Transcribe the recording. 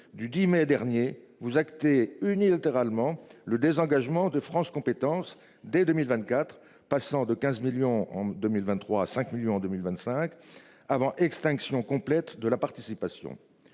du 10 mai dernier vous actez unilatéralement le désengagement de France compétences dès 2024, passant de 15 millions en 2023, 5 millions en 2025 avant extinction complète de la participation.